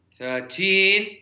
Thirteen